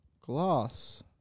glass